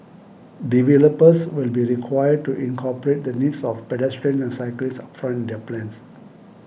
developers will be required to incorporate the needs of pedestrians and cyclists upfront their plans